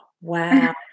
wow